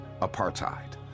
apartheid